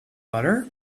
butter